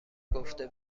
گفته